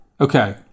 okay